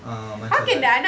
ah macam like